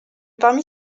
parmi